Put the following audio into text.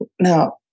Now